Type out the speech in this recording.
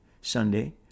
Sunday